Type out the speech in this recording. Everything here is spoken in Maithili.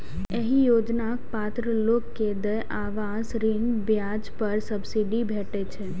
एहि योजनाक पात्र लोग कें देय आवास ऋण ब्याज पर सब्सिडी भेटै छै